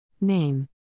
Name